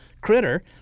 critter